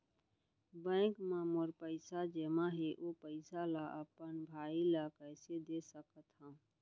Bank म मोर पइसा जेमा हे, ओ पइसा ला अपन बाई ला कइसे दे सकत हव?